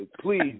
Please